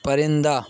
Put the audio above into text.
پرندہ